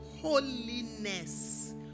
Holiness